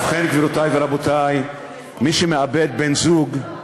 ובכן, גבירותי ורבותי, מי שמאבד בן-זוג,